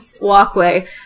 walkway